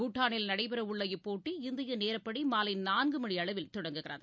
பூடானில் நடைபெறவுள்ள இப்போட்டி இந்தியநேரப்படிமாலைநான்குமணியளவில் தொடங்குகிறது